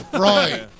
Right